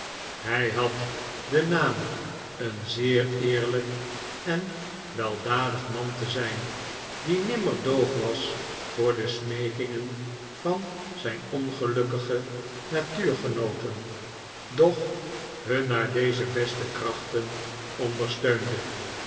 hij had den naam een zeer eerlijk en weldadig man te zijn die nirnmer doof w r as voor de smeekingen van zijn ongelukkigenatuurgenooten doch nun naar zijn beste krachten ondersteunde